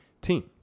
team